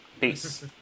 Peace